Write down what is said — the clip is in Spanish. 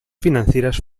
financieras